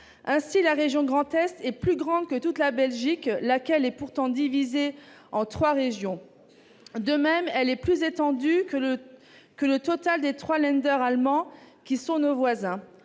Ainsi, la région Grand Est est-elle plus grande que la Belgique tout entière, laquelle est pourtant divisée en trois régions. De même, elle est plus étendue que le total des trois allemands qui sont nos voisins.